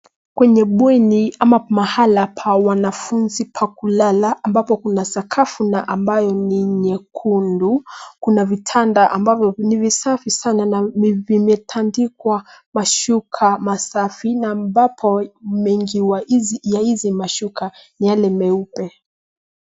Kwenye bweni ama mahala pa wanafunzi pa kulala ambapo kuna sakafu na ambayo ni nyekundu, kuna vitanda ambavyo ni visafi sana na vimetandikwa mashuka masafi na ambapo mengi wa hizi- ya hizi mashuka ni yale meupe.